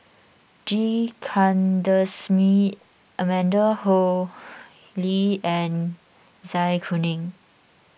G Kandasamy Amanda Koe Lee and Zai Kuning